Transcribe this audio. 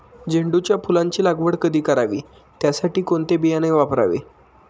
झेंडूच्या फुलांची लागवड कधी करावी? त्यासाठी कोणते बियाणे वापरावे?